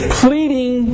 pleading